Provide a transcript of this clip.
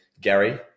Gary